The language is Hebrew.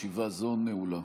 ישיבה זו נעולה.